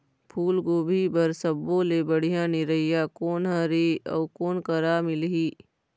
फूलगोभी बर सब्बो ले बढ़िया निरैया कोन हर ये अउ कोन करा मिलही?